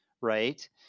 right